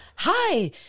Hi